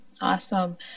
Awesome